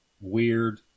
Weird